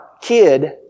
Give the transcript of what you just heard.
kid